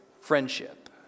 friendship